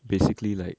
basically like